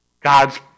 God's